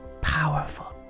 powerful